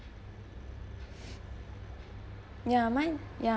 ya mine ya